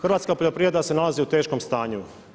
Hrvatska poljoprivreda se nalazi u teškom stanju.